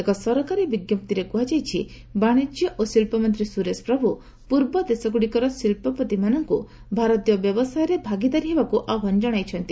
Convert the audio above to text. ଏକ ସରକାରୀ ବିଞ୍ଜପ୍ତିରେ କୁହାଯାଇଛି ବାଣିଜ୍ୟ ଓ ଶିଳ୍ପମନ୍ତ୍ରୀ ସୁରେଶ ପ୍ରଭୁ ପୂର୍ବ ଦେଶଗୁଡ଼ିକର ଶିଳ୍ପପତିମାନଙ୍କୁ ଭାରତୀୟ ବ୍ୟବସାୟରେ ଭାଗିଦାରୀ ହେବାକୁ ଆହ୍ୱାନ କ୍ଷଣାଇଛନ୍ତି